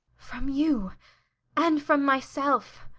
from you and from myself.